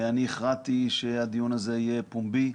אני הכרעתי שהדיון הזה יהיה פומבי.